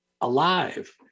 alive